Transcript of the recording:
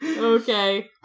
Okay